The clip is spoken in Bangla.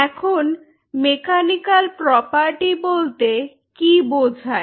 এখন মেকানিকাল প্রপার্টি বলতে কী বোঝায়